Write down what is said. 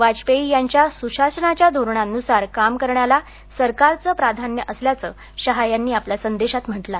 वाजपेयी यांच्या सुशासनाच्या धोरणांनुसार काम करण्याला सरकारचं प्राधान्य असल्याचं शहा यांनी आपल्या संदेशांत म्हटलं आहे